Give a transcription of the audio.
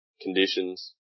conditions